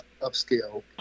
upscale